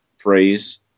phrase